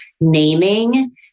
naming